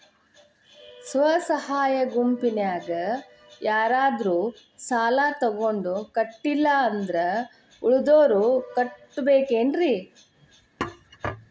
ಸ್ವ ಸಹಾಯ ಗುಂಪಿನ್ಯಾಗ ಯಾರಾದ್ರೂ ಸಾಲ ತಗೊಂಡು ಕಟ್ಟಿಲ್ಲ ಅಂದ್ರ ಉಳದೋರ್ ಕಟ್ಟಬೇಕೇನ್ರಿ?